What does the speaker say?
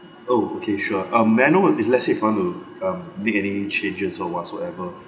oh okay sure um may I know what if let's say if I want to um make any changes or whatsoever